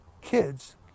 kids